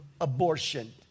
abortion